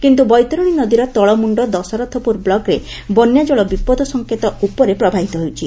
କିନ୍ତୁ ବୈତରଣୀ ନଦୀର ତଳମୁଣ୍ଡ ଦଶରଥପୁର ବ୍ଲକରେ ବନ୍ୟାଜଳ ବିପଦ ସଂକେତ ଉପରେ ପ୍ରବାହିତ ହେଉଛି